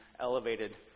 elevated